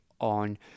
on